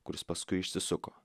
kuris paskui išsisuko